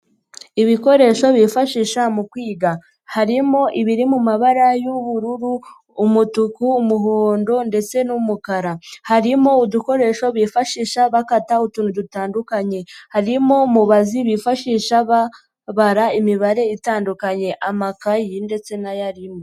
Ibikoresho bifashisha mu kwiga, harimo ibiri mu mabara y'ubururu, umutuku, umuhondo, ndetse n'umukara, harimo udukoresho bifashisha bakata utuntu dutandukanye, harimo mubazi bifashisha babara imibare itandukanye, amakayi ndetse n'ayarimo.